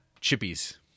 Chippies